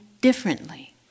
differently